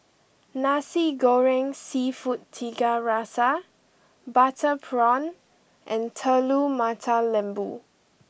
Nasi Goreng Seafood Tiga Rasa Butter Prawn and Telur Mata Lembu